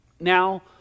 Now